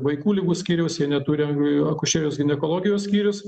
vaikų ligų skyriaus jie neturi akušerijos ginekologijos skyriaus